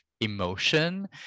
emotion